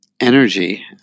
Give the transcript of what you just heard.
energy